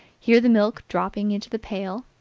hear the milk dropping into the pail,